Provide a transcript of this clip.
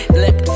look